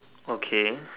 okay